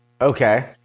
Okay